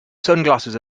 sunglasses